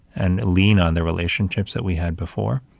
and lean on the relationships that we had before.